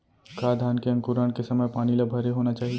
का धान के अंकुरण के समय पानी ल भरे होना चाही?